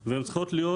והן צריכות להיות,